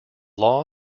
law